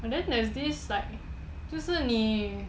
and then there's this like 就是你